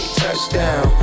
touchdown